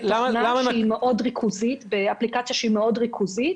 היא התחילה באפליקציה מאוד ריכוזית,